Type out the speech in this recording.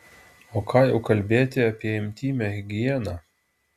o ką jau kalbėti apie intymią higieną